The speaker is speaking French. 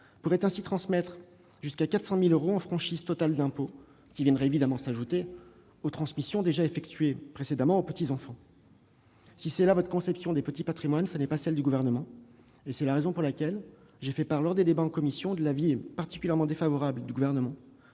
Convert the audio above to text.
pourrait ainsi transmettre jusqu'à 400 000 euros en franchise totale d'impôt, qui viendraient évidemment s'ajouter aux transmissions effectuées précédemment en faveur des petits-enfants. Si c'est là votre conception des petits patrimoines, ce n'est pas celle du Gouvernement : c'est la raison pour laquelle j'ai fait part, lors des débats en commission, de l'avis particulièrement défavorable du Gouvernement